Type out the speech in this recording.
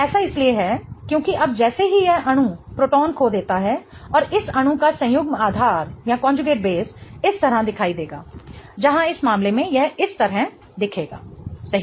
ऐसा इसलिए है क्योंकि अब जैसे ही यह अणु प्रोटॉन खो देता है और इस अणु का संयुग्मन आधार इस तरह दिखाई देगा जहां इस मामले में यह इस तरह दिखेगा सही